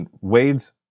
Wade's